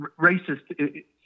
racist